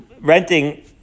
renting